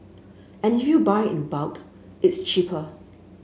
and if you buy in it's cheaper